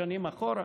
שנים אחורה.